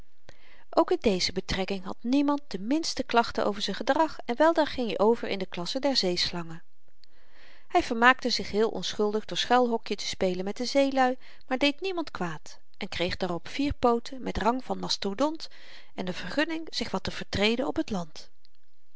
ook in deze betrekking had niemand de minste klachte over z'n gedrag en weldra ging i over in de klasse der zeeslangen hy vermaakte zich heel onschuldig door schuilhokje te spelen met de zeelui maar deed niemand kwaad en kreeg daarop vier pooten met rang van mastodont en de vergunning zich wat te vertreden op t land